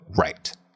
right